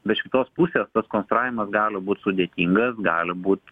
bet iš kitos pusės konstravimas gali būt sudėtingas gali būt